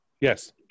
yes